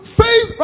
faith